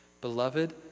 Beloved